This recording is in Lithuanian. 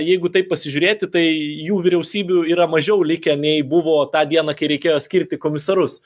jeigu taip pasižiūrėti tai jų vyriausybių yra mažiau likę nei buvo tą dieną kai reikėjo skirti komisarus